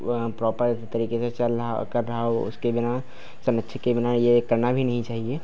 वह प्रॉपर तरीके से चल रहा और कर रहा हो उसके बिना संरक्षक के बिना यह करना भी नहीं चाहिए